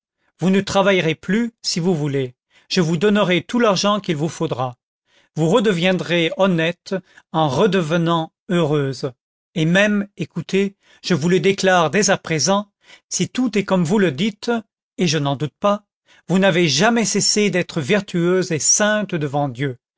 vous ne travaillerez plus si vous voulez je vous donnerai tout l'argent qu'il vous faudra vous redeviendrez honnête en redevenant heureuse et même écoutez je vous le déclare dès à présent si tout est comme vous le dites et je n'en doute pas vous n'avez jamais cessé d'être vertueuse et sainte devant dieu